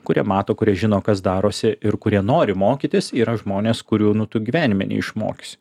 kurie mato kurie žino kas darosi ir kurie nori mokytis yra žmonės kurių nu tu gyvenime neišmokysi